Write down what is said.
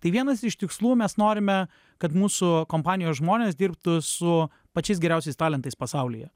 tai vienas iš tikslų mes norime kad mūsų kompanijos žmonės dirbtų su pačiais geriausiais talentais pasaulyje